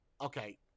Okay